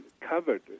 covered